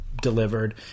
delivered